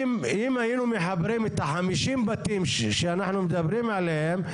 אם היינו מחברים את ה-50 בתים שאנחנו מדברים עליהם,